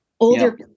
Older